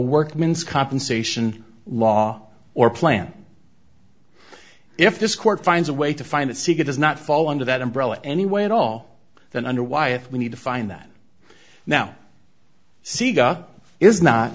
workman's compensation law or plan if this court finds a way to find it seek it does not fall under that umbrella anyway at all than under why if we need to find that now sega is not